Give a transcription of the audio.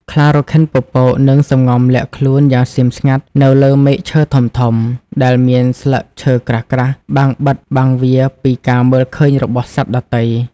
ខ្លារខិនពពកនឹងសំងំលាក់ខ្លួនយ៉ាងស្ងៀមស្ងាត់នៅលើមែកឈើធំៗ ដែលមានស្លឹកឈើក្រាស់ៗបាំងបិទបាំងវាពីការមើលឃើញរបស់សត្វដទៃ។